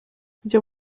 byo